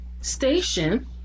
station